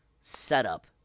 setup